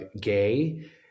gay